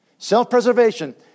Self-preservation